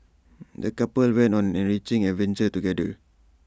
the couple went on an enriching adventure together